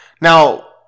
Now